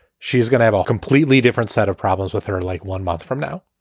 she's going to have a completely different set of problems with her like one month from now.